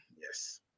Yes